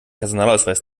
personalausweis